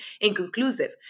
inconclusive